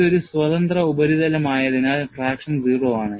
ഇത് ഒരു സ്വതന്ത്ര ഉപരിതലമായതിനാൽ ട്രാക്ഷൻ 0 ആണ്